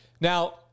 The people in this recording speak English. Now